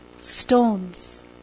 stones